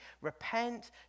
repent